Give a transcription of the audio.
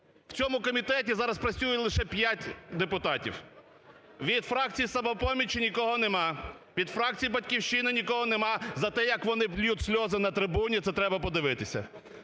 в цьому комітеті зараз працює лише п'ять депутатів. Від фракції "Самопоміч" нікого нема, від фракції "Батьківщина" нікого нема. Зате, як вони ллють сльози на трибуні, це треба подивитися.